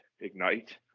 Ignite